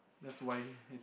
that's why